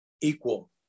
equal